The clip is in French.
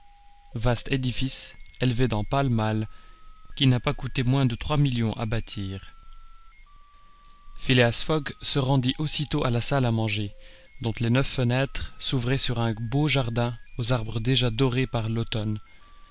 vaste édifice élevé dans pall mall qui n'a pas coûté moins de trois millions à bâtir phileas fogg se rendit aussitôt à la salle à manger dont les neuf fenêtres s'ouvraient sur un beau jardin aux arbres déjà dorés par l'automne